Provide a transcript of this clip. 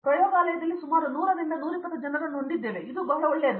ನಾವು ಪ್ರಯೋಗಾಲಯದಲ್ಲಿ ಸುಮಾರು 100 ರಿಂದ 120 ಜನರನ್ನು ಹೊಂದಿದ್ದೇವೆ ಮತ್ತು ಇದು ಬಹಳ ಒಳ್ಳೆಯದು